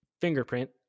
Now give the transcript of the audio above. fingerprint